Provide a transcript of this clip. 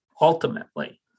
Ultimately